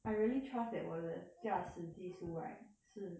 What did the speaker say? I really trust that 我的驾驶技术 right 是